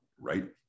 right